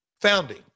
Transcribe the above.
founding